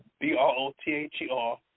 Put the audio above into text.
B-R-O-T-H-E-R